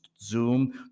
Zoom